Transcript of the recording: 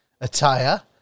attire